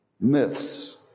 myths